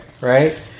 right